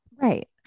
Right